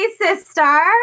sister